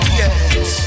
yes